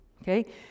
Okay